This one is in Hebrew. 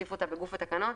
להוסיף אותה בגוף התקנות,